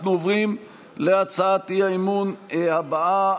אנחנו עוברים להצעת האי-אמון הבאה,